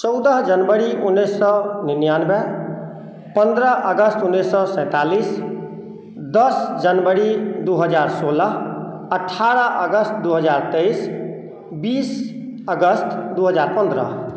चौदह जनवरी उन्नैस सए निन्यानबे पन्द्रह अगस्त उन्नैस सए सैतालिस दस जनवरी दू हजार सोलह अठ्ठारह अगस्त दू हजार तेइस बीस अगस्त दू हजार पन्द्रह